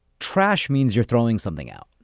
trash means you're throwing something out.